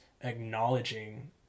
acknowledging